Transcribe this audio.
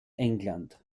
england